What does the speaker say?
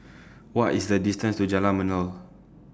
What IS The distance to Jalan Melor